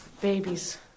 babies